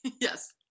Yes